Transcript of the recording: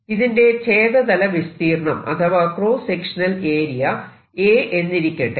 ഇതിന്റെ ഛേദതല വിസ്തീർണം അഥവാ ക്രോസ്സ് സെക്ഷനൽ ഏരിയ a എന്നിരിക്കട്ടെ